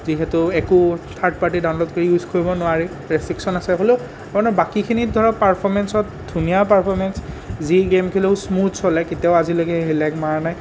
যিহেতু একো third party download কৰি ইউজ কৰিব নোৱাৰি ৰেচট্ৰিকচন আছে হ'লেও আপোনাৰ বাকীখিনিত ধৰক পাৰ্ফ'মেন্সত ধুনীয়া পাৰ্ফ'মেন্স যি গেম খেলো স্মুথ চলে কেতিয়াও আজিলৈকে লেগ মৰা নাই